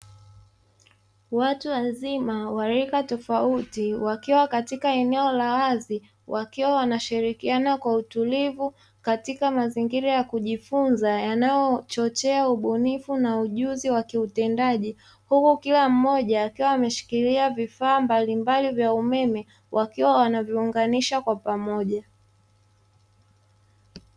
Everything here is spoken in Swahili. Watu wazima wa rika tofauti wakiwa katika eneo la wazi wakiwa wanashirikiana kwa utulivu katika mazingira ya kujifunza yanayo chochea ubunifu na ujuzi wa kiutendaji, huku kila mmoja akiwa ameshikilia vifaa mbali mbali vya umeme wakiwa wanaviunganisha kwa pamoja.